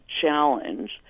challenge